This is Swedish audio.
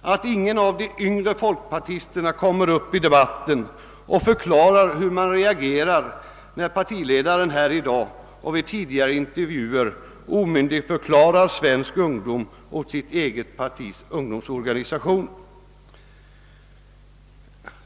att ingen av de yngre folkpartisterna stiger upp i debatten och förklarar, hur man reagerar när partiledaren i dag liksom i tidigare intervjuer omyndigförklarar svensk ungdom och sitt eget partis ungdomsorganisation.